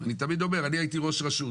אני תמיד אומר, אני הייתי ראש רשות.